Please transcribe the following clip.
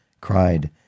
cried